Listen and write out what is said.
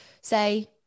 say